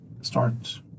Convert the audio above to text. start